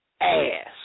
ass